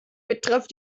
betrifft